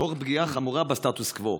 תוך פגיעה חמורה בסטטוס קוו.